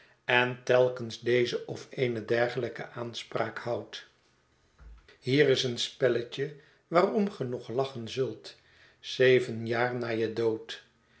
en telkens deze of eene dergelijke aanspraak houdt hier is een spelletje waarom ge nog lachen zult zeven jaar na je dood